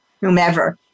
whomever